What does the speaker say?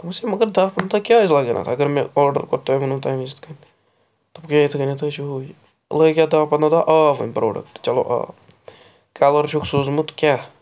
مےٚ ووٚنمَس ہے مگر دَہ پَنٛدہ دۄہ کیٛاز لَگَان اتھ اگر مےٚ آرڈر کوٚر تۄہہِ ووٚنوٕ تَمہِ وِز یِتھٕ کٔنۍ دوٚپُکھ ہےٚ یِتھٕ کٔنٮ۪تھ حظ چھُ ہوٗ یہِ لٔگۍ اَتھ دَہ پَنٛداہ دۄہ آو وۅنۍ پرٛوڈَکٹہٕ چلو آو کَلَر چھُکھ سوٗزمُت کیٛاہ